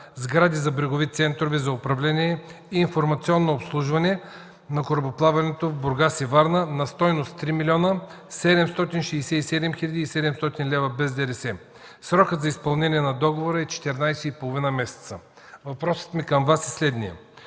сгради за брегови центрове за управление и информационно обслужване на корабоплаването в Бургас и Варна” на стойност 3 млн. 767 хил. 700 лв. без ДДС. Срокът за изпълнение на договора е 14 месеца и половина. Въпросът ми към Вас е следният: